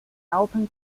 open